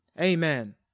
Amen